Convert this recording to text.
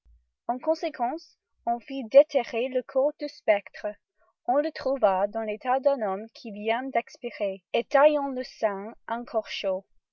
en conséquence on fit déterrer le corps du spectre on le trouva dans l'état d'un homme qui vient d'expirer et ayant le sang encore chaud